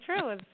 true